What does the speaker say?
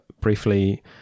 briefly